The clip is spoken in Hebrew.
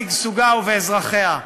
בשגשוגה ובאזרחיה,